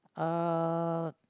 uh